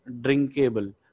drinkable